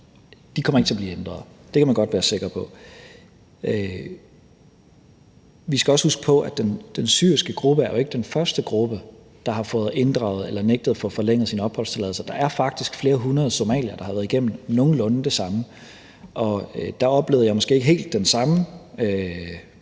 De kommer ikke til at blive ændret, det kan man godt være sikker på. Vi skal også huske på, at den syriske gruppe jo ikke er den første gruppe, der har fået inddraget eller nægtet at få forlænget sin opholdstilladelse. Der er faktisk flere hundrede somaliere, der har været gennem nogenlunde det samme, og da oplevede jeg måske ikke helt den samme